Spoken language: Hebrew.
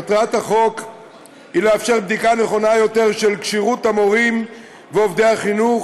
מטרת החוק היא לאפשר בדיקה נכונה יותר של כשירות המורים ועובדי החינוך